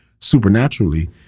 supernaturally